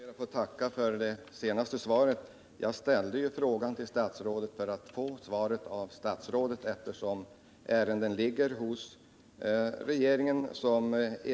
Herr talman! Jag ber att få tacka för det svaret. Jag ställde frågan till statsrådet för att få svaret av henne, när ett ärende ligger hos regeringen.